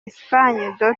esperance